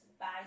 Bye